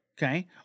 Okay